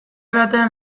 batean